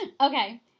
okay